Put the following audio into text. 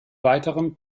weiteren